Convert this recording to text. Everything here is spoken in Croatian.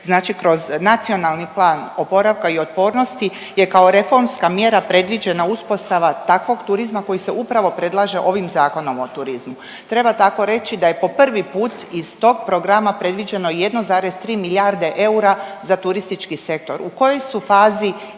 znači kroz Nacionalni plan oporavka i otpornosti je kao reformska mjera predviđena uspostava takvog turizma koji se upravo predlaže ovim Zakonom o turizmu. Treba tako reći da je po prvi put iz tog programa predviđeno 1,3 milijarde eura za turistički sektor. U kojoj su fazi izrada